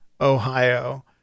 Ohio